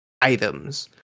items